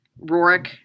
Rorik